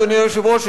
אדוני היושב-ראש,